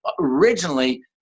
originally